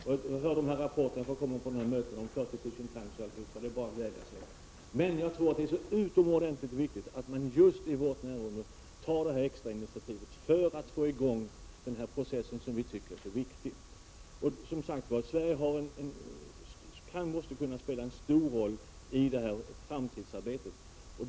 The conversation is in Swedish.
När man hör rapporterna på mötena om 40 000 tanks osv. är det bara att glädja sig. Men jag tror det är utomordentligt viktigt att man just i vårt närområde tar detta extra initiativ för att få i gång denna process, som vi tycker är så viktig. Och som sagt Sverige måste kunna spela en stor roll i det här framtidsarbetet.